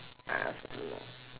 I also don't know